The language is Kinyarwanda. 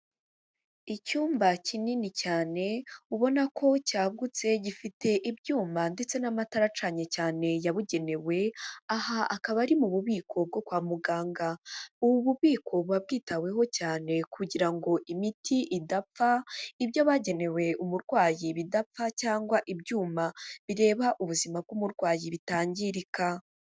Icyumba kinini cyane, ubona ko cyagutse, gifite ibyuma ndetse n'amatara acanye cyane yabugenewe, aha akaba ari mu bubiko bwo kwa muganga. Ubu bubiko buba bwitaweho cyane kugira ngo imiti idapfa, ibyo bagenewe umurwayi bidapfa cyangwa ibyuma bireba ubuzima bw'umurwayi bitangirika.